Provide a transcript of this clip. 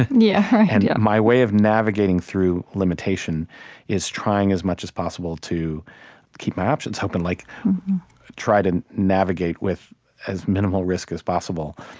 yeah and yeah my way of navigating through limitation is trying, as much as possible, to keep my options open, like try to navigate with as minimal risk as possible,